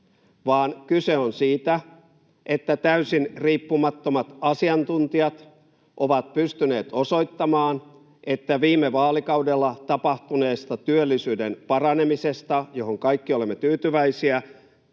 kyse on siitä, että täysin riippumattomat asiantuntijat ovat pystyneet osoittamaan, että viime vaalikaudella tapahtuneesta työllisyyden paranemisesta — johon kaikki olemme tyytyväisiä